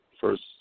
first